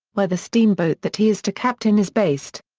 where the steamboat that he is to captain is based.